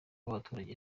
b’abaturage